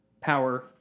power